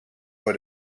voor